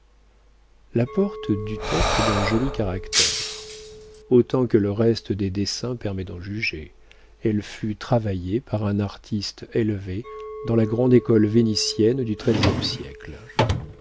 la porte dut être d'un joli caractère autant que le reste des dessins permet d'en juger elle fut travaillée par un artiste élevé dans la grande école vénitienne du treizième siècle